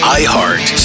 iHeart